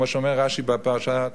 כמו שאומר רש"י בפרשת בראשית,